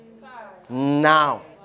Now